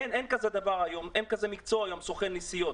אין כבר מקצוע כזה סוכן נסיעות,